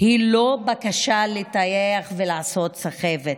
היא לא בקשה לטייח ולעשות סחבת,